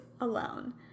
alone